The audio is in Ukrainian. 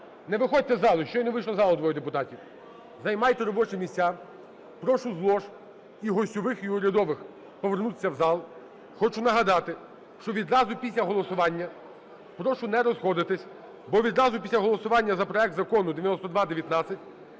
не виходьте з зали, щойно вийшли з зали двоє депутатів. Займайте робочі місця. Прошу з лож, і гостьових, і урядових, повернутися в зал. Хочу нагадати, що відразу після голосування прошу не розходитись, бо відразу після голосування за проект закону 9219